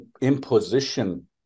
imposition